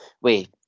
Wait